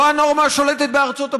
זו הנורמה השולטת בארצות הברית,